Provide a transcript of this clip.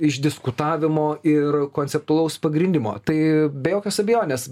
išdiskutavimo ir konceptualaus pagrindimo tai be jokios abejonės